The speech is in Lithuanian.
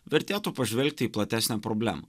vertėtų pažvelgti į platesnę problemą